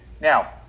now